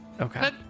Okay